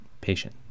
patient